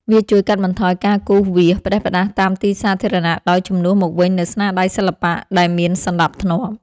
វាជួយកាត់បន្ថយការគូរវាសផ្ដេសផ្ដាស់តាមទីសាធារណៈ ដោយជំនួសមកវិញនូវស្នាដៃសិល្បៈដែលមានសណ្ដាប់ធ្នាប់។